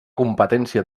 competència